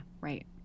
right